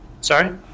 Sorry